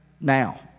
now